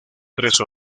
tres